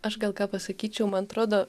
aš gal ką pasakyčiau man atrodo